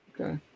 Okay